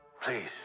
Please